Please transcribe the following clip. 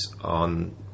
on